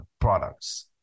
products